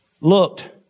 looked